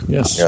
Yes